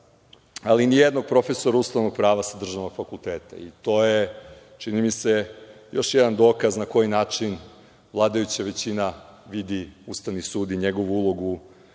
ali nijednog profesora ustavnog prava sa državnog fakulteta. To je, čini mi se, još jedan dokaz na koji način vladajuća većina vidi Ustavni sud i njegovu ulogu